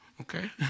okay